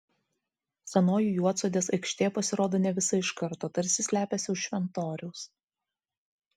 senoji juodsodės aikštė pasirodo ne visa iš karto tarsi slepiasi už šventoriaus